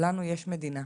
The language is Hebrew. לנו יש מדינה,